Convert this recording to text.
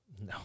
No